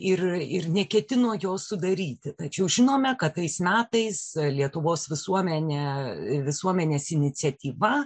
ir ir neketino jo sudaryti tačiau žinome kad tais metais lietuvos visuomenė visuomenės iniciatyva